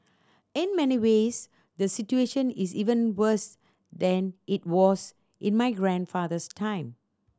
in many ways the situation is even worse than it was in my grandfather's time